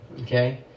Okay